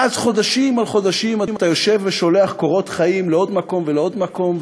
ואז חודשים על חודשים אתה יושב ושולח קורות חיים לעוד מקום ולעוד מקום,